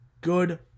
good